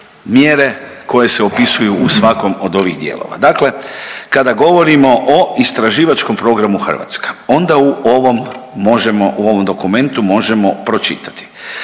koje se opisuju u svakom od ovih dijelova. Dakle kada govorimo o istraživačkom programu Hrvatska onda u ovom možemo, u ovom dokumentu možemo pročitati